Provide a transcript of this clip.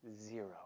zero